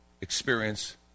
experience